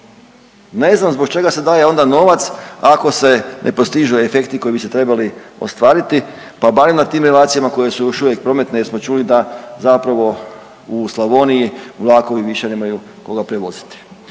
Ne znam zbog čega se daje onda novac ako se ne postižu efekti koji bi se trebali ostvariti, pa barem na tim relacijama koje su još uvijek prometne, jer smo čuli da zapravo u Slavoniji vlakovi više nemaju koga prevoziti.